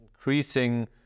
increasing